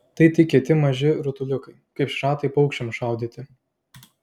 tai tik kieti maži rutuliukai kaip šratai paukščiams šaudyti